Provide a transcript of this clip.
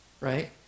right